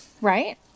Right